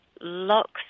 locks